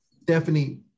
Stephanie